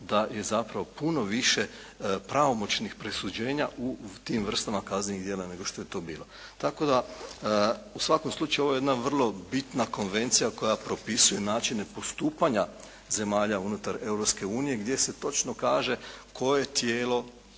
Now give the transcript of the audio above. da je zapravo puno više pravomoćnih presuđenja u tim vrstama kaznenih djela nego što je to bilo, tako da u svakom slučaju ovo je jedna vrlo bitna konvencija koja propisuje načine postupanja zemalja unutar Europske unije gdje se točno kaže koje tijelo